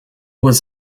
was